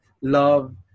love